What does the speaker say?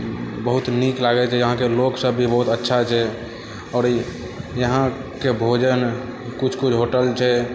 बहुत नीक लागै छै यहाँके लोकसब भी बहुत अच्छा छै आओर यहाँके भोजन किछु किछु होटल छै